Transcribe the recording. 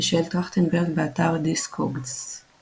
מישל טרכטנברג, באתר Discogs ==